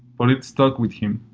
but it stuck with him.